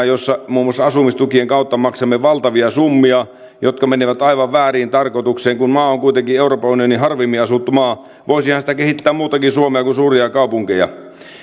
jossa muun muassa asumistukien kautta maksamme valtavia summia jotka menevät aivan vääriin tarkoituksiin kun maa on kuitenkin euroopan unionin harvimmin asuttu maa voisihan sitä kehittää muutakin suomea kuin suuria kaupunkeja